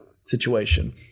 situation